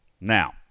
Now